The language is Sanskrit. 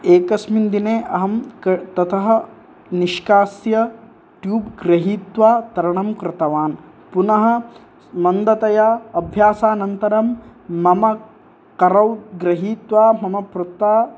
एकस्मिन् दिने अहं क ततः निष्कास्य ट्यूब् गृहीत्वा तरणं कृतवान् पुनः मन्दतया अभ्यासानन्तरं मम करौ गृहीत्वा मम पिता